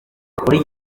buryo